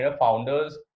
founders